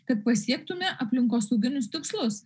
kad pasiektume aplinkosauginius tikslus